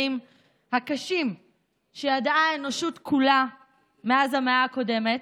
הקשים שידעה האנושות כולה מאז המאה הקודמת,